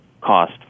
cost